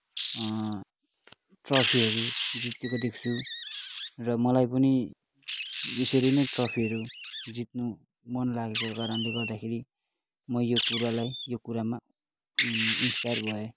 ट्रफीहरू जितेको देख्छु र मलाई पनि यसरी नै ट्रफीहरू जित्नु मन लागेको कारणले गर्दाखेरि म यो कुरालाई यो कुरामा इन्सपायर भएँ